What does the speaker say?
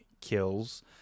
Kills